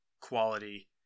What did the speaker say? quality